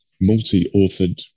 multi-authored